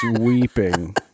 weeping